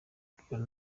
akakubwira